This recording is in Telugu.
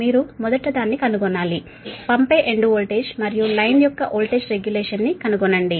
మీరు మొదటిదాన్ని కనుగొనాలి పంపే ఎండ్ వోల్టేజ్ మరియు లైన్ యొక్క వోల్టేజ్ రెగ్యులేషన్ ను కనుగొనండి